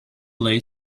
play